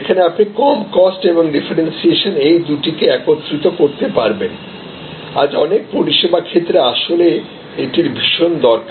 যেখানে আপনি কম কস্ট এবং ডিফারেন্সিয়েশন এই দুটিকে একত্রিত করতে পারেন আজ অনেক পরিষেবা ক্ষেত্রে আসলে এটির ভীষণ দরকার